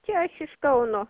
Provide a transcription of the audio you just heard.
čia aš iš kauno